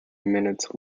minutes